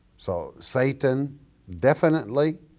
so satan definitely,